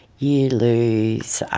you lose